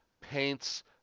paints